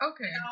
Okay